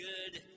good